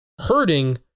hurting